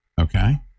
Okay